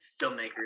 filmmakers